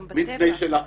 גם בטבע יש כשל שוק.